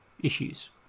issues